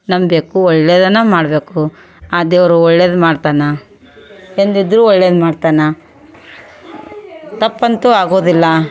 ನಂಬಬೇಕು ಒಳ್ಳೆಯದನ್ನ ಮಾಡಬೇಕು ಆ ದೇವರು ಒಳ್ಳೇದು ಮಾಡ್ತಾನೆ ಎಂದಿದ್ದರೂ ಒಳ್ಳೇದು ಮಾಡ್ತಾನೆ ತಪ್ಪಂತೂ ಆಗೋದಿಲ್ಲ